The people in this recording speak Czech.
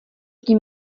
tím